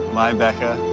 my becca,